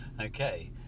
Okay